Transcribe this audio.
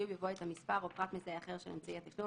יבוא "מנותן שירותי התשלום למשלם",